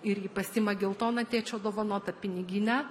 ir ji pasiima geltoną tėčio dovanotą piniginę